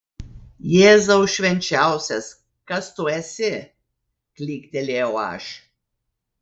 jėzau švenčiausias kas tu esi klyktelėjau aš